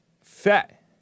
fat